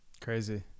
Crazy